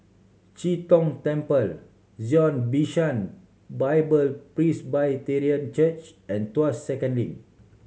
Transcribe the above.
Chee Tong Temple Zion Bishan Bible Presbyterian Church and Tuas Second Link